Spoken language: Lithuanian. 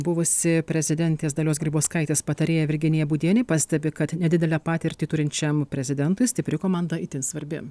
buvusi prezidentės dalios grybauskaitės patarėja virginija būdienė pastebi kad nedidelę patirtį turinčiam prezidentui stipri komanda itin svarbi